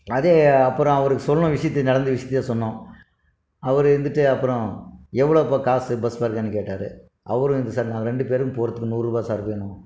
அதே அப்புறம் அவர் சொன்ன விஷயத்தை நடந்த விஷயத்தை சொன்னோம் அவரு இருந்திட்டு அப்புறோம் எவ்வளோபா காசு பஸ் ஃபேருன்னு கேட்டார் அவரும் சார் நாங்கள் ரெண்டு பேரும் போகிறதுக்கு நூறுபாய் சார் வேணும்